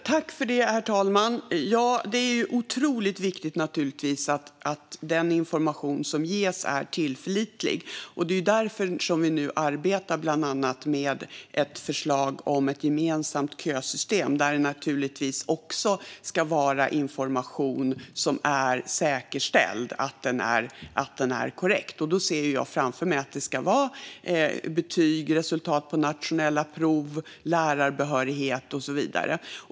Herr talman! Det är naturligtvis otroligt viktigt att den information som ges är tillförlitlig, och det är därför som vi nu arbetar med bland annat ett förslag om ett gemensamt kösystem. Där ska det också vara information som är säkerställd, så att den är att den är korrekt. Jag ser framför mig att informationen ska handla om betyg, resultat på nationella prov, lärarbehörighet och så vidare.